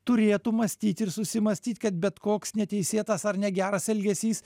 turėtų mąstyt ir susimąstyt kad bet koks neteisėtas ar negeras elgesys